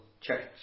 church